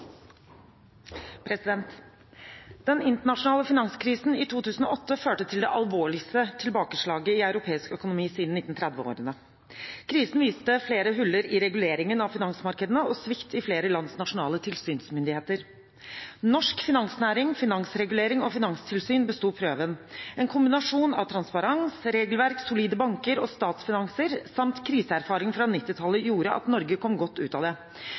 er. Den internasjonale finanskrisen i 2008 førte til det alvorligste tilbakeslaget i europeisk økonomi siden 1930-årene. Krisen viste flere huller i reguleringen av finansmarkedene og svikt i flere lands nasjonale tilsynsmyndigheter. Norsk finansnæring, finansregulering og finanstilsyn besto prøven. En kombinasjon av transparens, regelverk, solide banker og statsfinanser samt kriseerfaring fra 1990-tallet gjorde at Norge kom godt ut av det.